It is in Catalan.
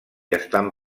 estan